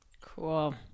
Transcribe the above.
Cool